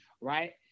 right